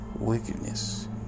wickedness